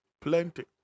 plenty